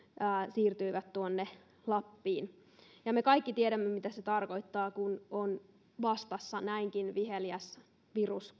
siirtyivät tuonne lappiin me kaikki tiedämme mitä se tarkoittaa kun on vastassa näinkin viheliäs virus